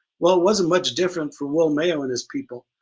well it wasn't much different from will mayo and his people